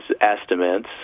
estimates